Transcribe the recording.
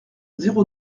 zéro